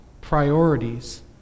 priorities